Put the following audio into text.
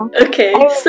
Okay